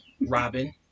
robin